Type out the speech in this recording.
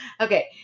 Okay